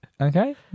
Okay